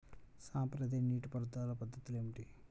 సాంప్రదాయ నీటి పారుదల పద్ధతులు ఏమిటి?